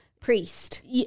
priest